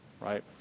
right